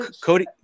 Cody